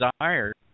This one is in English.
desired